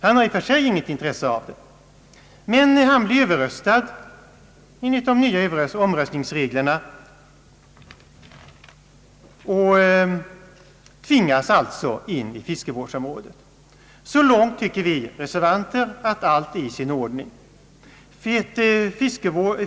Han har inget intresse av det, men han blir enligt de nya reglerna överröstad och tvingas således in som medlem i fiskevårdsområdet. Så långt anser vi reservanter att allt är i sin ordning.